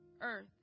Earth